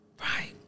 right